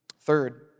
Third